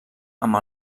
amb